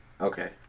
Okay